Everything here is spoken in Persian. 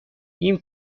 این